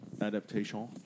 adaptation